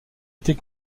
était